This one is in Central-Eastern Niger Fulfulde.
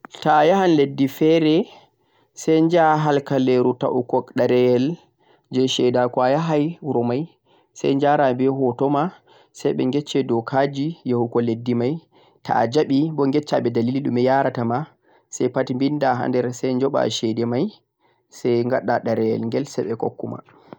to'a yahan leddi fere sai yaha harkaleru ta'ugo dereyhell jeh shedaku a yahai wuro mai sai yara beh hoto ma sai beh yecche dokaji yahugo leddi mai to'a jabi boh yeccha beh dalili ko yara tama sai pat vinda hader sai nyoba chede mai sai wada deruwol ghel sai beh hokkuma